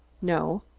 no.